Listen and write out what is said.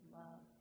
love